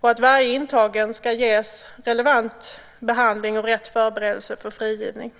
och att varje intagen ska ges relevant behandling och rätt förberedelse för frigivning.